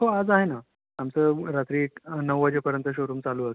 हो आज आहे ना आमचं रात्री एक नऊ वाजेपर्यंत शोरूम चालू असतं